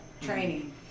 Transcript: training